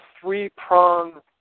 three-prong